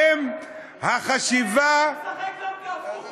עם החשיבה, הוא משחק דמקה הפוך.